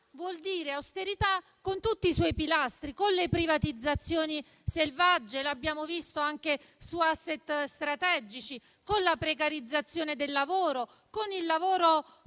vuol dire austerità, con tutti i suoi pilastri, con le privatizzazioni selvagge - lo abbiamo visto anche su *asset* strategici - con la precarizzazione del lavoro, con il lavoro povero,